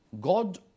God